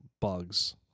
bugs